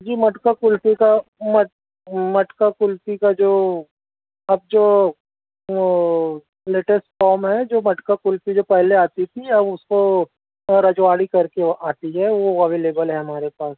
جی مٹکا کلفی کا مٹ مٹکا کلفی کا جو اب جو وہ لیٹسٹ فارم ہے جو مٹکا کلفی جو پہلے آتی تھی اب اس کو رجواڑی کر کے وہ آتی ہے وہ اویلیبل ہے ہمارے پاس